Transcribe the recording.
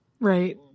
right